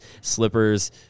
slippers